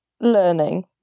learning